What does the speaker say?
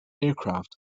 aircraft